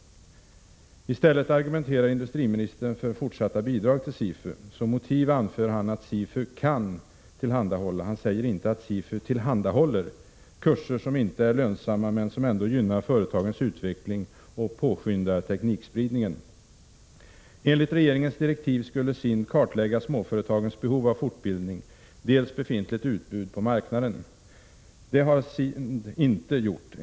I stället argumenterar industriministern för fortsatta bidrag till SIFU. Som motiv anför han att SIFU kan tillhandahålla — han säger inte att SIFU tillhandahåller — kurser som inte är lönsamma men som ändå gynnar företagens utveckling och påskyndar teknikspridningen. Enligt regeringens direktiv skulle SIND kartlägga dels småföretagens behov av fortbildning, dels befintligt utbud på marknaden. Det har SIND inte gjort!